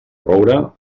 roure